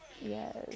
Yes